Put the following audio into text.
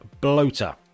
Bloater